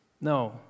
No